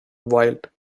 wild